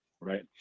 right